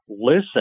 listen